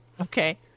Okay